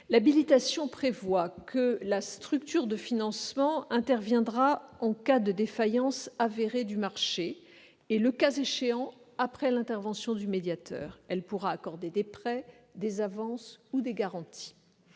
L'habilitation prévoit que la structure de financement interviendra en cas de défaillance avérée du marché et, le cas échéant, après intervention du médiateur. La banque de la démocratie pourra accorder des prêts, des avances ou des garanties.